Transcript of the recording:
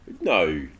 No